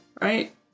right